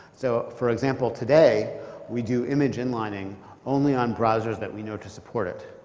so for example, today we do image inlining only on browsers that we know to support it.